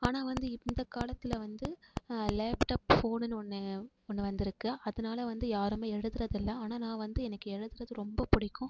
ஆனால் வந்து இப் இந்த காலத்தில் வந்து லேப்டாப் ஃபோனுன்னு ஒன்று ஒன்று வந்துயிருக்கு அதனால் வந்து யாருமே எழுதுறதில்லை ஆனால் நான் வந்து எனக்கு எழுதுகிறது ரொம்ப பிடிக்கும்